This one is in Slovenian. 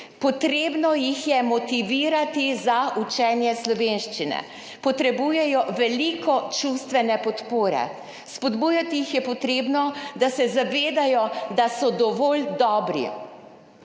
Potrebno jih je motivirati za učenje slovenščine. Potrebujejo veliko čustvene podpore. Spodbujati jih je potrebno, da se zavedajo, da so dovolj dobri.